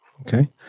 Okay